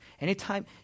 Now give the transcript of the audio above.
Anytime